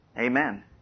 Amen